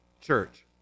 Church